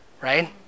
Right